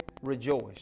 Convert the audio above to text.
rejoice